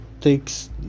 takes